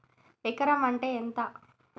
ఎకరం అంటే ఎంత?